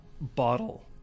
bottle